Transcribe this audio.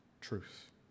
truth